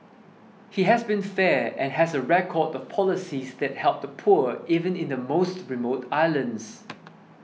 he has been fair and has a record of policies that help the poor even in the most remote islands